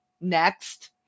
next